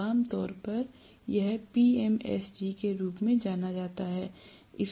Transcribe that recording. तो आम तौर पर यह PMSG के रूप में जाना जाता है